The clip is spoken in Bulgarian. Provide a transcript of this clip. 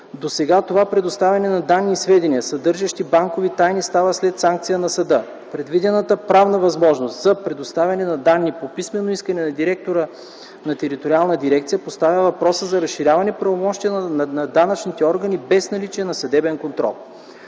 Досега това предоставяне на данни и сведения, съдържащи банкова тайна, става след санкция на съда. Предвидената правна възможност за предоставяне на данни по писмено искане на директор на териториална дирекция, поставя въпроса за разширяване правомощията на данъчните органи без наличие на съдебен контрол.